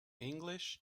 english